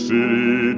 City